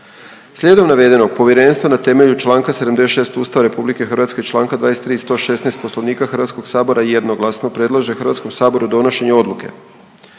Slijedom navedenog povjerenstvo na temelju Članaka 9. i stavka 2. i 116. Poslovnika Hrvatskog sabora jednoglasno predlaže Hrvatskom saboru donošenje Odluke